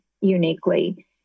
uniquely